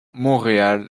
montreal